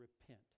repent